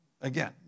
again